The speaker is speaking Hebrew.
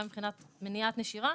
גם מבחינת מניעת נשירה,